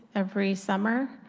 every summer,